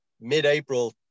mid-April